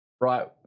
right